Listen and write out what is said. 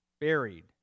buried